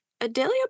Adelia